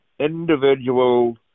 individual